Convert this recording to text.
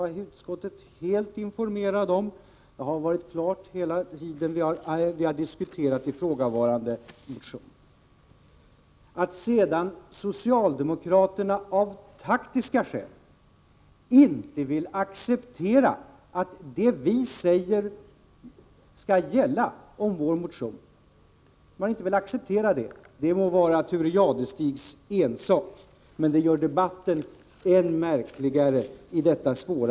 Utskottet var informerat om detta, och det var fullständigt klart hela tiden som vi diskuterade ifrågavarande motion. Att socialdemokraterna av taktiska skäl inte vill acceptera att det vi säger om vår motion skall gälla må vara Thure Jadestigs ensak, men det gör debatten än märkligare i detta svåra ämne.